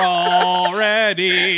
already